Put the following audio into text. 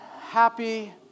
Happy